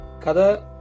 Kada